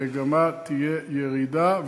המגמה תהיה ירידה,